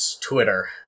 Twitter